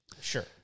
Sure